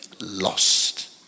lost